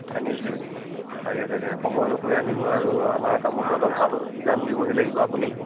তাকে নিজেই তাকে তাকে সময় অনুসৰি আহিব আৰু আমাৰ কামতো অপল হাত উজান দিবহি লাগিব আপুনি